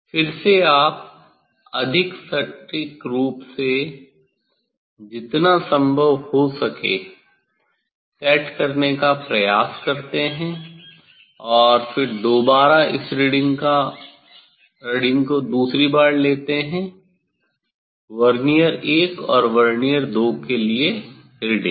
फिर से आप अधिक सटीक रूप से जितना संभव हो सेट करने का प्रयास करते हैं और फिर दोबारा इस रीडिंग को दूसरी बार लेते हैं वर्नियर 1 और वर्नियर 2 के लिए रीडिंग